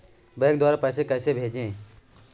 Bank द्वारा पैसे कैसे भेजें?